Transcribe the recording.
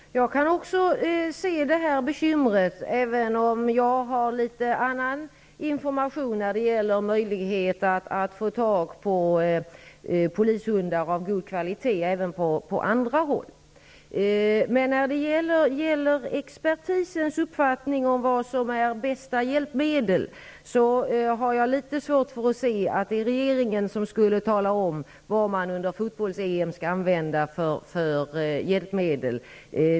Herr talman! Jag kan också se det här bekymret, även om jag har litet annan information när det gäller möjligheter att få tag i polishundar av god kvalitet även på andra håll. När det gäller diskussionen om expertisens uppfattning om bästa hjälpmedel har jag litet svårt att se att regeringen skulle tala om vilka hjälpmedel man skall använda under fotbolls-EM.